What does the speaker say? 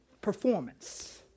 performance